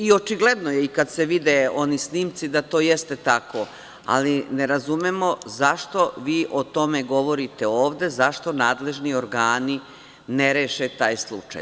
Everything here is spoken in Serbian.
Očigledno je i kad se vide oni snimci da to jeste tako, ali ne razumemo zašto vi o tome govorite ovde, zašto nadležni organi ne reše taj slučaj?